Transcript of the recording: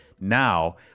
Now